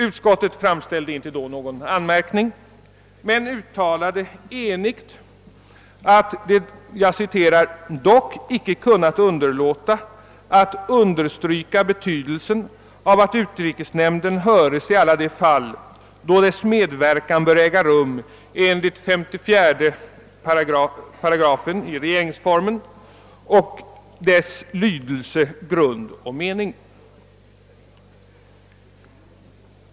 Utskottet framställde då inte någon anmärkning men uttalade enigt att det ansåg sig »dock icke kunna underlåta att understryka betydelsen av att utrikesnämnden höres i alla de fall, då dess medverkan bör äga rum enligt lydelse, grund och mening».